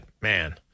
man